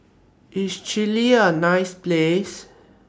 IS Chile A nice Place